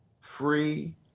free